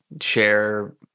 share